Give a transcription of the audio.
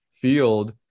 field